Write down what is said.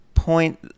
point